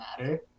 matter